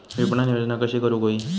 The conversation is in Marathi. विपणन योजना कशी करुक होई?